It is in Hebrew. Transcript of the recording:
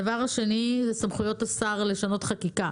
הדבר השני סמכויות השר לשנות חקיקה.